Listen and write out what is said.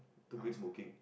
to quit smoking